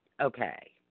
okay